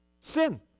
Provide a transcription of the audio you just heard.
Sin